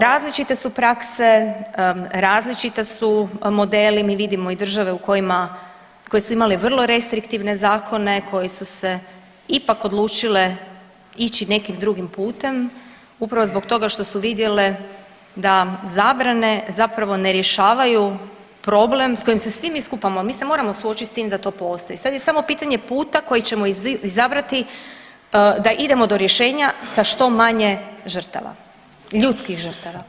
Različite su prakse, različiti su modeli mi vidimo i države u kojima koje su imale vrlo restriktivne zakone, koji su se ipak odlučile ići nekim drugim putem upravo zbog toga što su vidjele da zabrane zapravo ne rješavaju s kojim se svi mi skupa, mi se moramo suočiti s tim da to postoji, sad je samo pitanje puta koji ćemo izabrati da idemo do rješenja sa što manje žrtava, ljudskih žrtava.